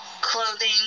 clothing